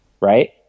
Right